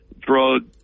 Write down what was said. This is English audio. drug